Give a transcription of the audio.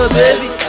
baby